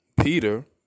Peter